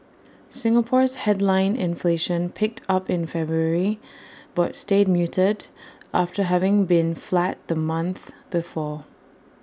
Singapore's headline inflation picked up in February but stayed muted after having been flat the month before